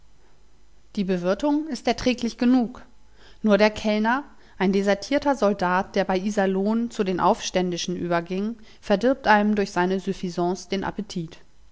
die bewirtung ist erträglich genug nur der kellner ein desertierter soldat der bei iserlohn zu den aufständischen überging verdirbt einem durch seine süffisance den appetit